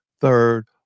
third